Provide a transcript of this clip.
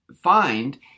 find